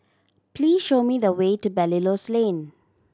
please show me the way to Belilios Lane